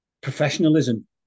professionalism